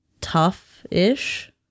tough-ish